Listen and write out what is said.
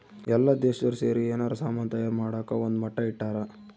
ಎಲ್ಲ ದೇಶ್ದೊರ್ ಸೇರಿ ಯೆನಾರ ಸಾಮನ್ ತಯಾರ್ ಮಾಡಕ ಒಂದ್ ಮಟ್ಟ ಇಟ್ಟರ